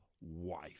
wife